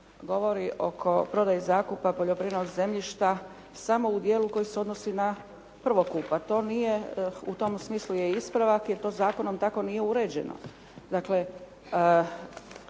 govori oko prodaje zakupa poljoprivrednog zemljišta samo u dijelu koji se odnosi na prvokup, a to nije u tom smislu je ispravak jer to zakonom tako nije uređeno.